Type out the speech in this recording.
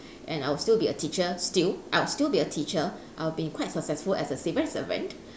and I would still be a teacher still I will still be a teacher I will be quite successful as a civil servant